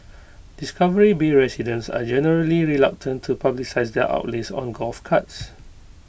discovery bay residents are generally reluctant to publicise their outlays on golf carts